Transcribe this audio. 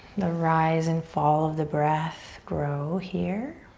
the rise and fall of the breath grow here.